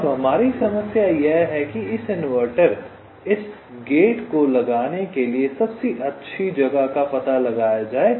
अब हमारी समस्या यह है कि इस इनवर्टर इस गेट को लगाने के लिए सबसे अच्छी जगह का पता लगाया जाए